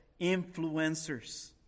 influencers